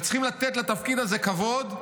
וצריכים לתת לתפקיד הזה כבוד,